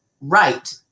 right